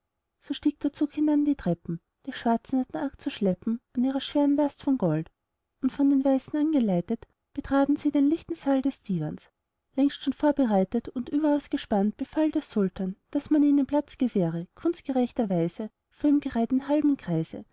so stieg der zug hinan die treppen die schwarzen hatten arg zu schleppen an ihrer schweren last von gold und von den weißen angeleitet betraten sie den lichten saal des diwans längst schon vorbereitet und überaus gespannt befahl der sultan daß man ihnen platz gewähre kunstgerechterweise vor ihm gereiht in halbem kreise